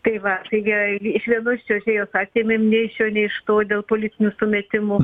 tai va tai vė iš vienos čiuožėjos atėmėm nei iš šio nei iš to dėl politinių sumetimų